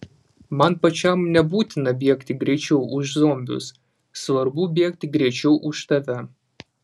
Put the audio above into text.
man pačiam nebūtina bėgti greičiau už zombius svarbu bėgti greičiau už tave